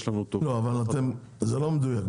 זה לא מדויק,